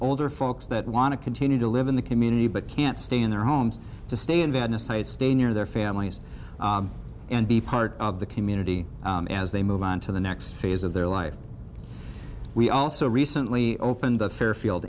older folks that want to continue to live in the community but can't stay in their homes to stay in venice and stay near their families and be part of the community as they move on to the next phase of their life we also recently opened the fairfield